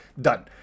done